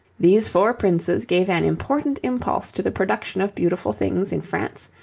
these four princes gave an important impulse to the production of beautiful things in france,